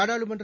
நாடாளுமன்ற